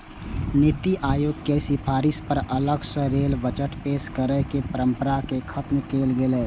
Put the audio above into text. नीति आयोग केर सिफारिश पर अलग सं रेल बजट पेश करै के परंपरा कें खत्म कैल गेलै